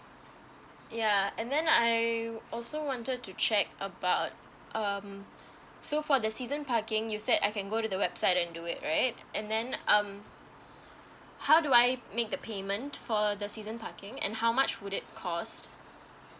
ya and then I also wanted to check about um so for the season parking you said I can go to the website and do it right and then um how do I make the payment for the season parking and how much would it cost